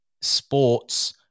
sports